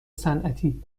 صنعتی